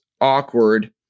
awkward